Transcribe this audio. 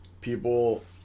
people